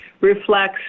reflects